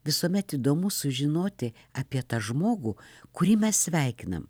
visuomet įdomu sužinoti apie tą žmogų kurį mes sveikinam